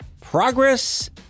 Progress